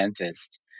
dentist